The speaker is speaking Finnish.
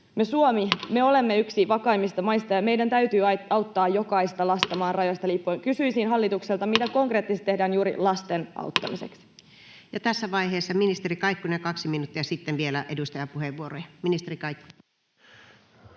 Me, Suomi, olemme yksi vakaimmista maista, ja meidän täytyy auttaa jokaista lasta maan rajoista riippumatta. Kysyisin hallitukselta: mitä konkreettista tehdään juuri lasten auttamiseksi? Ja tässä vaiheessa ministeri Kaikkonen, 2 minuuttia, sitten vielä edustajapuheenvuoroja.